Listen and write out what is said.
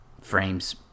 frames